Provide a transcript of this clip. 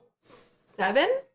seven